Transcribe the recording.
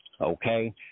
Okay